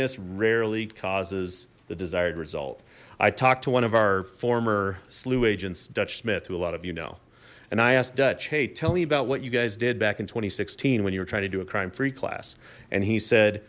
s rarely causes the desired result i talked to one of our former slough agents dutch smith who a lot of you know and i asked dutch hey tell me about what you guys did back in two thousand and sixteen when you were trying to do a crime free class and he said